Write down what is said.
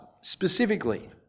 specifically